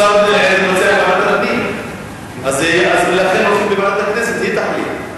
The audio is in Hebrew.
השר מציע לוועדת הפנים ולכן הולכים לוועדת הכנסת שהיא תחליט.